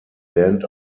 band